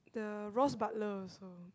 the Ross-Butler also